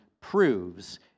proves